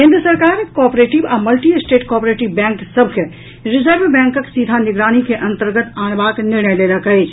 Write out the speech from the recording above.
केन्द्र सरकार कॉपरेटिव आ मल्टी स्टेट कॉपरेटिव बैंक सभ के रिजर्व बैंकक सीधा निगरानी के अंतर्गत आनबाक निर्णय लेलक अछि